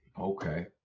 Okay